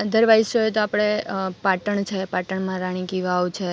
otherwise જોઈએ તો આપણે પાટણ છે પાટણમાં રાણીકી વાવ છે